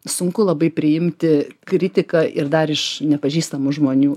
sunku labai priimti kritiką ir dar iš nepažįstamų žmonių